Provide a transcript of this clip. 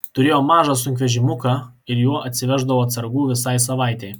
turėjo mažą sunkvežimiuką ir juo atsiveždavo atsargų visai savaitei